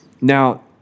Now